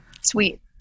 Sweet